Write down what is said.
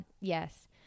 Yes